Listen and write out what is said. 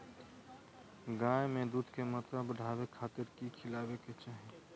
गाय में दूध के मात्रा बढ़ावे खातिर कि खिलावे के चाही?